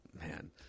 man